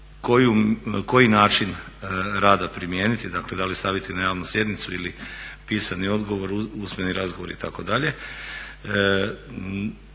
koji način rada primijeniti, dakle da li staviti na javnu sjednicu ili pisani odgovor, usmeni razgovor itd.